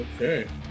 Okay